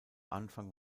anfang